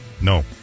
No